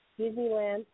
Disneyland